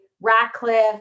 Ratcliffe